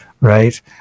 right